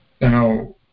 Now